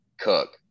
Cook